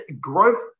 Growth